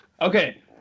okay